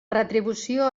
retribució